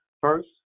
First